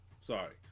Sorry